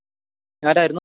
ആരായിരുന്നു